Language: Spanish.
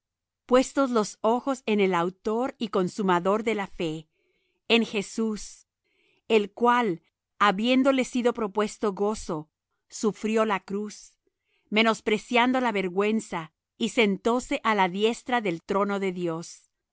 puestos los ojos en al autor y consumador de la fe en jesús el cual habiéndole sido propuesto gozo sufrió la cruz menospreciando la vergüenza y sentóse á la diestra del trono de dios